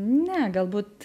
ne galbūt